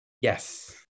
Yes